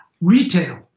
retail